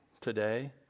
today